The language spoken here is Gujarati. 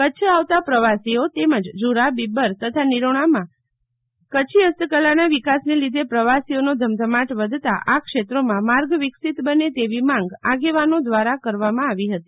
કચ્છ આવતા પ્રવાસીઓ તેમજ ઝુરા બિબ્બર તથા નિરોણામાં કચ્છી હસ્તકલાના વિકાસને લીધે પ્રવાસીઓનો ધમધમાટ વધતા આ ક્ષેત્રોમાં માર્ગ વિકસીત બને તેવી માંગ આગેવાનો દ્વારા કરવામં આવી હતી